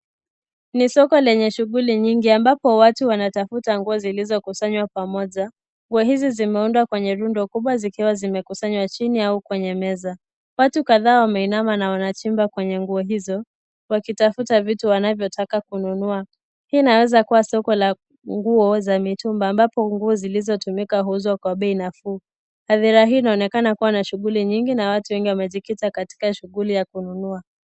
Ni soko lenye shughuli nyingi ambapo watu wanatafuta nguo zilizokusanywa pamoja. Nguo hizi zimeundwa kwenye rundo kubwa zikiwa zimekusanywa chini au kwenye meza. Watu kadhaa wameinama na wanachimba kwenye nguo hizo wakitafuta vitu wanavyotaka kununua. Hii inaweza kuwa soko la nguo za mitumba ambapo nguo zilizotumika huuzwa kwa bei nafuu. Hadhira hii inaonekana kuwa na shughuli nyingi na watu wengi wamejikita katika shughuli ya kununua.